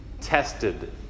tested